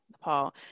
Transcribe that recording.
paul